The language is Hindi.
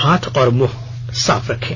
हाथ और मुंह साफ रखें